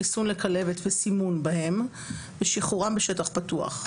חיסון לכלבת וסימון בהם ושחרורם בשטח פתוח,